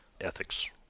ethics